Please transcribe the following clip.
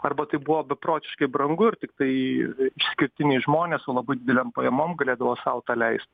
arba tai buvo beprotiškai brangu ir tiktai išskirtiniai žmonės su labai didelėm pajamom galėdavo sau tą leist